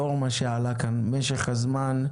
לאור מה שעלה כאן משך הזמן,